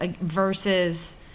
versus